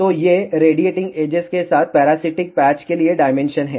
तो ये radiating edges के साथ पैरासिटिक पैच के लिए डायमेंशन हैं